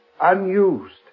unused